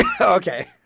Okay